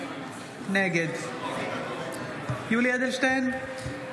נגד יולי יואל אדלשטיין,